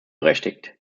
berechtigt